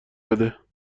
بده